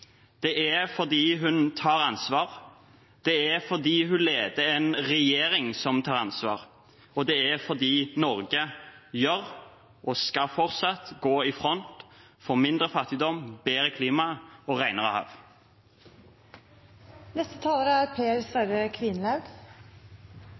Det er fordi hun tar ansvar, det er fordi hun leder en regjering som tar ansvar, og det er fordi Norge går – og skal fortsatt gå – i front for mindre fattigdom, bedre klima og renere hav. Selv etter tre år som ordfører og mangeårig lokalpolitiker er